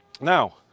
Now